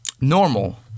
normal